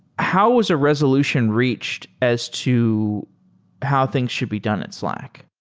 how was a resolution reached as to how things should be done at slack?